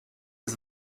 des